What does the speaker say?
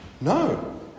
No